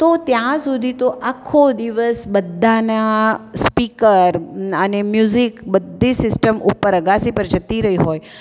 તો ત્યાં સુધી તો આખો દિવસ બધાનાં સ્પીકર અને મ્યુઝિક બધી સિસ્ટમ ઉપર અગાશી પર જતી રહી હોય